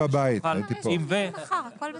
כדי שנוכל --- יש דיון גם מחר; הכל בסדר.